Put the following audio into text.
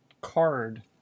card